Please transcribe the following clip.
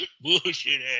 Bullshit